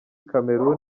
cameroun